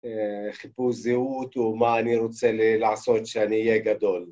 חיפוש זהות ומה אני רוצה לעשות שאני אהיה גדול